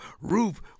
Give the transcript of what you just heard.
Roof